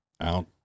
out